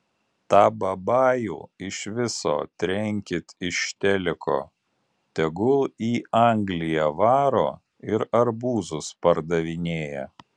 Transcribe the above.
tą babajų iš viso trenkit iš teliko tegul į angliją varo ir arbūzus pardavinėja